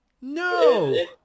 No